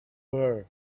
her